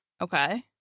okay